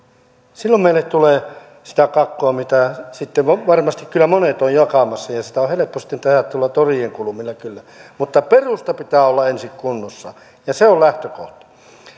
silloin meille tulee sitä kakkua mitä sitten varmasti kyllä monet ovat jakamassa ja sitä on helppo sitten tehdä tuolla torien kulmilla kyllä mutta perustan pitää olla ensin kunnossa ja se on lähtökohta